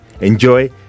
enjoy